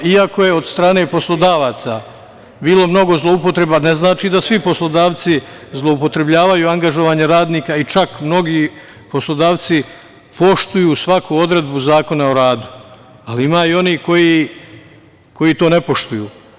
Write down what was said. Iako je od strane poslodavaca bilo mnogo zloupotreba, ne znači da svi poslodavci zloupotrebljavaju angažovanje radnika i čak mnogi poslodavci poštuju svaku odredbu Zakona o radu, ali ima i onih koji to ne poštuju.